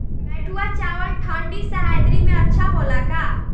बैठुआ चावल ठंडी सह्याद्री में अच्छा होला का?